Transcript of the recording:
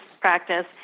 practice